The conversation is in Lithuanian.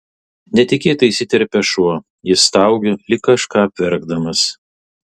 netikėtai įsiterpia šuo jis staugia lyg kažką apverkdamas